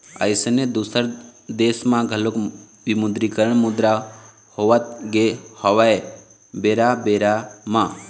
अइसने दुसर देश म घलोक विमुद्रीकरन मुद्रा होवत गे हवय बेरा बेरा म